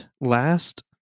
last